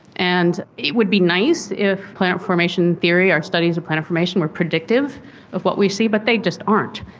and it would be nice if planet formation theory, our studies of planet formation were predictive of what we see but they just aren't.